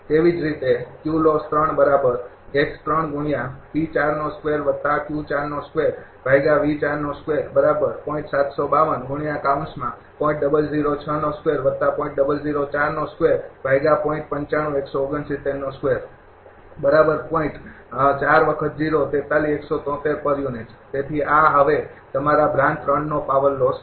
તેવી જ રીતે તેથી આ હવે તમારો બ્રાન્ચ ૩નો પાવર લોસ છે